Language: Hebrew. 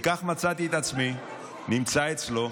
וכך מצאתי את עצמי נמצא אצלו,